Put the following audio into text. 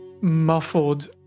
muffled